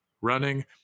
running